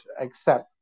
accept